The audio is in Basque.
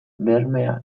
bermea